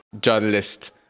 journalist